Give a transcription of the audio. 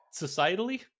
societally